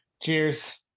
cheers